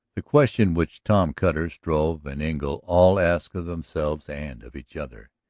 the question which tom cutter, struve, and engle all asked of themselves and of each other,